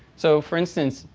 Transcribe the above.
so for instance,